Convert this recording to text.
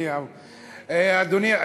אדוני.